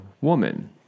woman